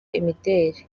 imideli